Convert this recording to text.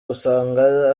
usanga